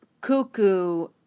cuckoo